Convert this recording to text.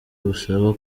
busaba